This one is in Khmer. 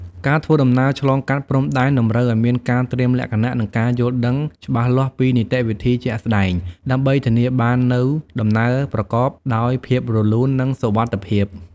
ការធ្វើដំណើរឆ្លងកាត់ព្រំដែនតម្រូវឱ្យមានការត្រៀមលក្ខណៈនិងការយល់ដឹងច្បាស់លាស់ពីនីតិវិធីជាក់ស្តែង ដើម្បីធានាបាននូវដំណើរប្រកបដោយភាពរលូននិងសុវត្ថិភាព។